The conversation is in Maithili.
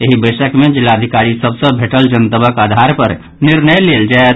एहि बैसक मे जिलाधिकारी सभ सँ भेटल जनतबक आधार पर निर्णय लेल जायत